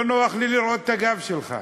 לא נוח לי לראות את הגב שלך,